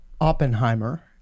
Oppenheimer